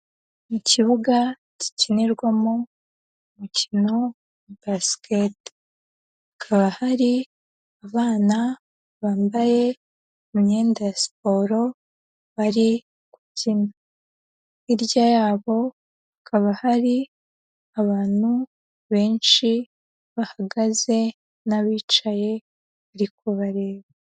Mu kibuga gikinirwamo umukino wa baskete, hakaba hari abana bambaye imyenda ya siporo, bari gukina, hirya yabo hakaba hari abantu benshi bahagaze n'abicaye bari kubareba.